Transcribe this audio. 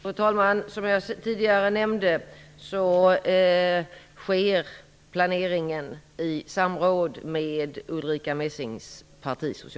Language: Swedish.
Fru talman! Som jag tidigare nämnde sker planeringen i samråd med Ulrica Messings parti,